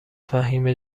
فهیمه